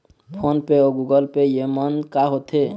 Phone पे अउ Google Pay येमन का होते?